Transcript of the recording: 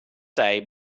day